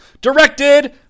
Directed